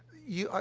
you ah,